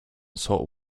salt